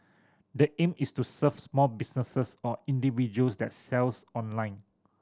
the aim is to serve small businesses or individuals that sells online